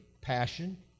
passion